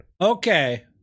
Okay